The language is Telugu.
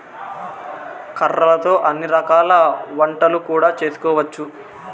కొర్రలతో అన్ని రకాల వంటలు కూడా చేసుకోవచ్చు